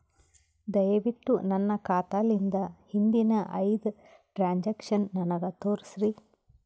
ದಯವಿಟ್ಟು ನನ್ನ ಖಾತಾಲಿಂದ ಹಿಂದಿನ ಐದ ಟ್ರಾಂಜಾಕ್ಷನ್ ನನಗ ತೋರಸ್ರಿ